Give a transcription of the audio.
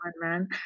man